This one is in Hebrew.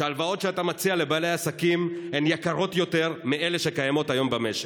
שההלוואות שאתה מציע לבעלי עסקים הן יקרות יותר מאלה שקיימות היום במשק.